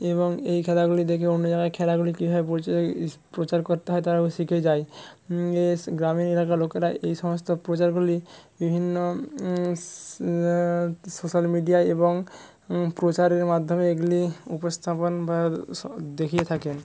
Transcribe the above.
এবং এই খেলাগুলি দেখে অন্য জায়গায় খেলাগুলি কীভাবে প্রচার করতে হয় তারা শিখে যায় গ্রামীণ এলাকার লোকেরা এই সমস্ত প্রচারগুলি বিভিন্ন সোশ্যাল মিডিয়ায় এবং প্রচারের মাধ্যমে এগুলি উপস্থাপন বা দেখিয়ে থাকেন